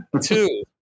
two